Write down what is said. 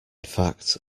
fact